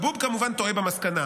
כבוב כמובן טועה במסקנה.